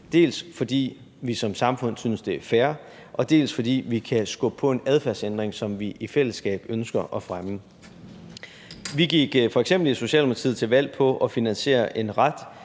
dels fordi vi som samfund synes, det er fair, dels fordi vi kan skubbe på en adfærdsændring, som vi i fællesskab ønsker at fremme. Vi gik f.eks. i Socialdemokratiet til valg på en ret